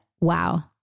wow